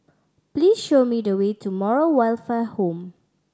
please show me the way to Moral Welfare Home